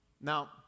Now